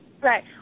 Right